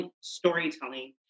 storytelling